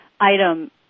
item